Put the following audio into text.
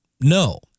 no